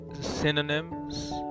synonyms